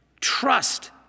Trust